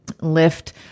lift